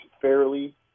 fairly